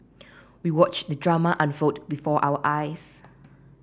we watched the drama unfold before our eyes